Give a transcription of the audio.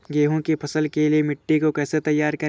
गेहूँ की फसल के लिए मिट्टी को कैसे तैयार करें?